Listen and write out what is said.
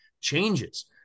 changes